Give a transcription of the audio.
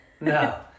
No